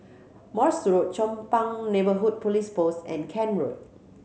Morse Road Chong Pang Neighbourhood Police Post and Kent Road